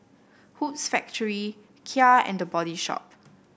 Hoops Factory Kia and The Body Shop